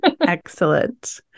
Excellent